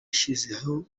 ashyizeho